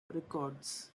records